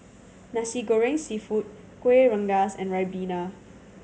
Nasi Goreng Seafood Kueh Rengas and ribena